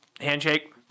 handshake